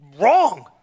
wrong